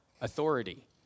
authority